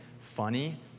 funny